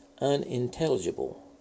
unintelligible